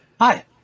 Hi